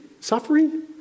suffering